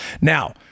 Now